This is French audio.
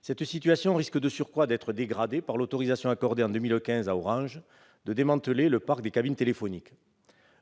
Cette situation risque de surcroît d'être dégradée par l'autorisation accordée en 2015 à Orange de démanteler le parc de cabines téléphoniques.